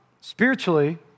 spiritually